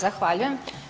Zahvaljujem.